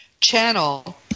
channel